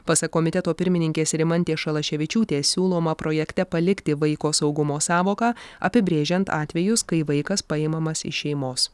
pasak komiteto pirmininkės rimantės šalaševičiūtės siūloma projekte palikti vaiko saugumo sąvoką apibrėžiant atvejus kai vaikas paimamas iš šeimos